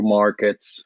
markets